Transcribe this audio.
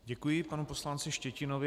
Děkuji panu poslanci Štětinovi.